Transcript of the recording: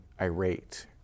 irate